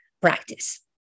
practice